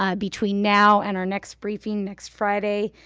ah between now and our next briefing next friday.